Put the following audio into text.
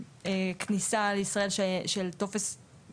כניסה לישראל של מילוי טופס נוסע נכנס,